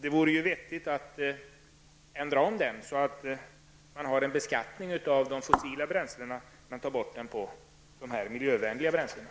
Det vore vettigt att lägga om den till att avse en beskattning enbart av de fossila bränslena, dvs. att den avskaffas för de miljövänliga bränslena.